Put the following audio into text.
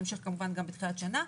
נמשיך כמובן גם בתחילת שנה.